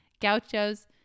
Gaucho's